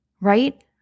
right